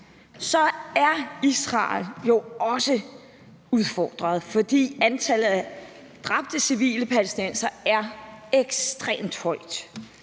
er Israel jo også udfordret, fordi antallet af dræbte civile palæstinensere er ekstremt højt,